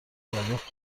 دریافت